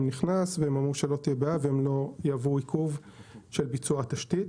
נכנס והם אמרו שלא תהיה בעיה ולא יהוו עיכוב של ביצוע התשתית.